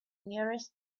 nearest